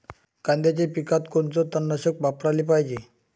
कांद्याच्या पिकात कोनचं तननाशक वापराले पायजे?